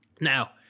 Now